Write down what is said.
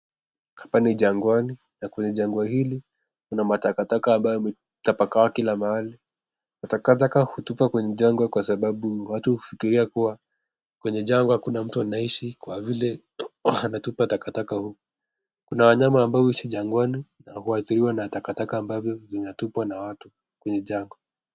Hapa ni jangwani, na kwenye jangwa hili kuna matakataka ambayo imetapakaa kila maali, takataka hutupwa kwenye janga kwa sababu watu hufikiria kuwa, kwenye jangwa hakuna mtu anaishi, kwa vile wanatupa takataka huku. Kuna wanyama ambayo huishi jangwani, na huadhiriwa na takataka ambavyo vinatupwa na watu kwenye jangwa.